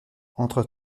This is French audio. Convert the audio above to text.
entre